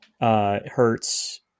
hurts